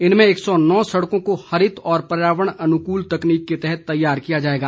इनमें एक सौ नौ सड़कों को हरित और पर्यावरण अनुकूल तकनीक के तहत तैयार किया जाएगा